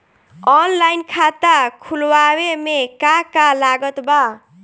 Online खाता खुलवावे मे का का लागत बा?